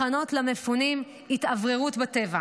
מחנות למפונים, התאווררות בטבע.